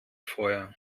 feuer